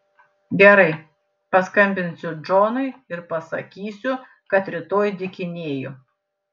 gerai paskambinsiu džonui ir pasakysiu kad rytoj dykinėju